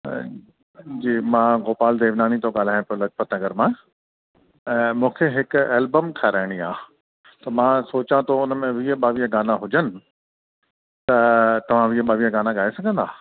जी मां गोपाल देवनानी थो ॻाल्हायां लाजपत नगर मां ऐं मूंखे हिक एल्बम ठाहिराइणी आहे त मां सोचा थो हुन में वीह ॿावीह गाना हुजनि त तव्हां वीह ॿावीह गाना ॻाए सघंदा